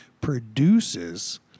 produces